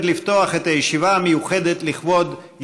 סגני ראש העיר וחברי מועצת העיר ירושלים,